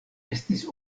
estis